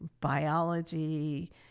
biology